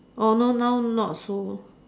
oh no now not so